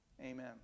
Amen